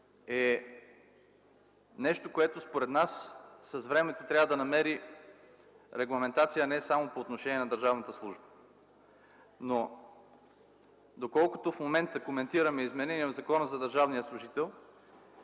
е нещо, което според нас с времето трябва да намери регламентация не само по отношение на държавната служба. Доколкото в момента коментираме изменения на Закона за